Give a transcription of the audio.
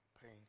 pain